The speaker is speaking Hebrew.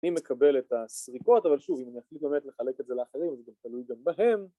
אני מקבל את הסריקות אבל שוב אם אני החליט באמת לחלק את זה לאחרים זה תלוי גם בהם